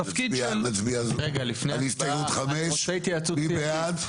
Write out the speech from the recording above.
התפקיד של --- נצביע על הסתייגות 5. מי בעד?